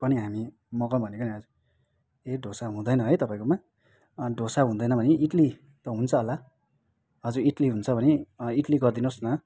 पनि हामी मगाउँ भनेको नि हजुर ए ढोसा हुँदैन है तपाईँकोमा ढोसा हुँदैन भने इडली त हुन्छ होला हजुर इटली हुन्छ भने इटली गरिदिनोस् न